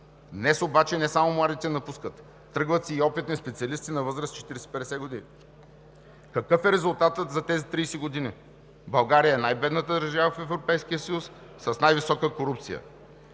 Днес обаче не само младите напускат, тръгват си и опитни специалисти на възраст 40 – 50 години. Какъв е резултатът за тези 30 години? България е най-бедната държава в Европейския съюз с най-висока корупция!